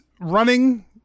running